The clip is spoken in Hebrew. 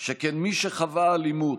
שכן מי שחוותה אלימות,